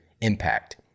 impact